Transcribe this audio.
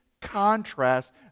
Contrast